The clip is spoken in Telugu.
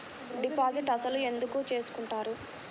డిపాజిట్ అసలు ఎందుకు చేసుకుంటారు?